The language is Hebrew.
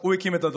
לא אני.